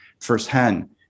firsthand